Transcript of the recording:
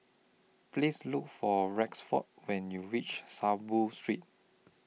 Please Look For Rexford when YOU REACH Saiboo Street